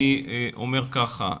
אני אומר כך,